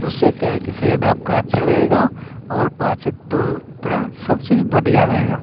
उससे क्या है कि सेहत आपका अच्छा रहेगा और पंच तंत्र सबसे से बढ़िया रहेगा